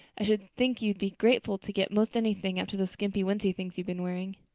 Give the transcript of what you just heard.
i should think you'd be grateful to get most anything after those skimpy wincey things you've been wearing.